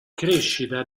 crescita